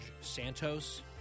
Santos